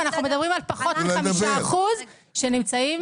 אנחנו מדברים על פחות מ-5% שנמצאים בתוכניות המל"ג.